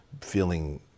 feeling